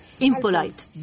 impolite